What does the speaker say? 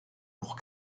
pour